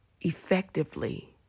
effectively